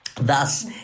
Thus